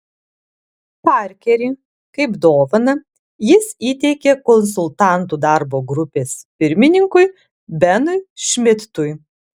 parkerį kaip dovaną jis įteikė konsultantų darbo grupės pirmininkui benui šmidtui